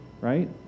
right